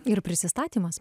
ir prisistatymas